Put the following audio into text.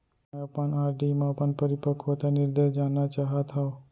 मै अपन आर.डी मा अपन परिपक्वता निर्देश जानना चाहात हव